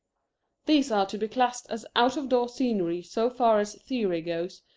these are to be classed as out-of-door scenery so far as theory goes,